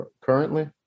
currently